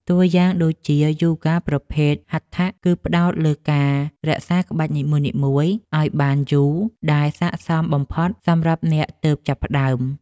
តួយ៉ាងដូចជា យូហ្គាប្រភេទ ហាត់ថៈ គឺផ្ដោតលើការរក្សាក្បាច់នីមួយៗឱ្យបានយូរ ដែលស័ក្តិសមបំផុតសម្រាប់អ្នកទើបចាប់ផ្ដើម។